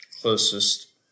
Closest